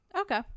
Okay